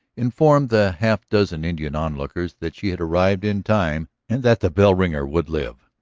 informed the half dozen indian onlookers that she had arrived in time and that the bell-ringer would live,